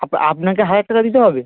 আপনাকে হাজার টাকা দিতে হবে